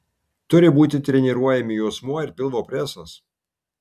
turi būti treniruojami juosmuo ir pilvo presas